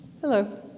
Hello